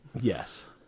Yes